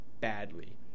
badly